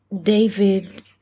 David